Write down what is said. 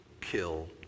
kill